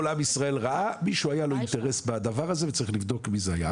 עם ישראל ראה מישהו היה לו אינטרס בדבר הזה וצריך לבדוק מי זה היה.